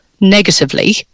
negatively